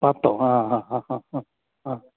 പത്തോ അ ഹ ഹ ഹ ഹ അ